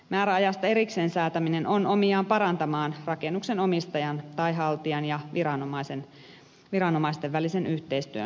määräajasta erikseen säätäminen on omiaan parantamaan rakennuksen omistajan tai haltijan ja viranomaisten välisen yhteistyön sujuvuutta